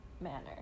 manner